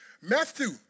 Matthew